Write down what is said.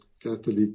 Catholic